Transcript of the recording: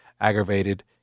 aggravated